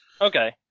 Okay